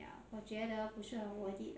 我觉得不是很 worth it lah